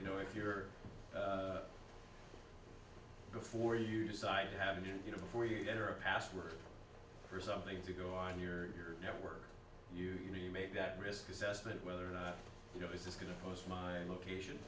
you know if you're before you decide to have a new you know before you enter a password for something to go on your network you know you make that risk assessment whether or not you know it's just going to post my location